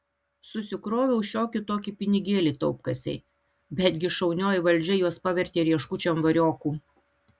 susikroviau šiokį tokį pinigėlį taupkasėj bet gi šaunioji valdžia juos pavertė rieškučiom variokų